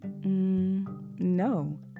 no